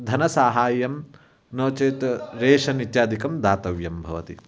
धनसाहाय्यं नो चेत् रेशन् इत्यादिकं दातव्यं भवति